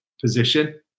position